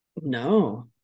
No